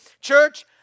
church